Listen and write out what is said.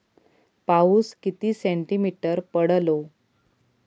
पाऊस किती सेंटीमीटर पडलो?